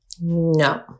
No